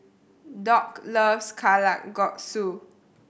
Dock loves Kalguksu